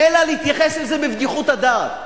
אלא להתייחס לזה בבדיחות הדעת.